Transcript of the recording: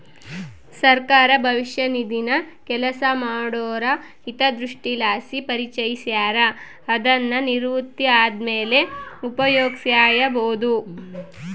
ಸರ್ಕಾರ ಭವಿಷ್ಯ ನಿಧಿನ ಕೆಲಸ ಮಾಡೋರ ಹಿತದೃಷ್ಟಿಲಾಸಿ ಪರಿಚಯಿಸ್ಯಾರ, ಅದುನ್ನು ನಿವೃತ್ತಿ ಆದ್ಮೇಲೆ ಉಪಯೋಗ್ಸ್ಯಬೋದು